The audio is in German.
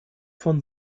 von